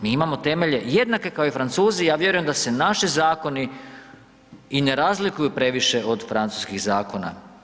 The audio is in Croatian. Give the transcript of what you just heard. Mi imamo temelje jednake kao i Francuzi i ja vjerujem da se naši zakoni i ne razlikuju previše od francuskih zakona.